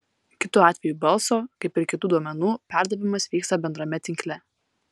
kitu atveju balso kaip ir kitų duomenų perdavimas vyksta bendrame tinkle